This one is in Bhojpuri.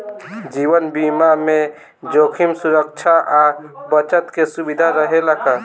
जीवन बीमा में जोखिम सुरक्षा आ बचत के सुविधा रहेला का?